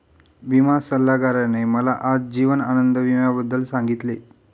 विमा सल्लागाराने मला आज जीवन आनंद विम्याबद्दल सांगितले